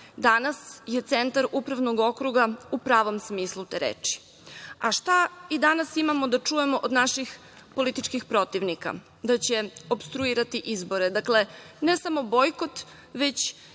Danas je centar upravnog okruga u pravom smislu te reči. A šta i danas imamo da čujemo od naših političkim protivnika? Da će opstruirati izbore. Dakle, ne samo bojkot već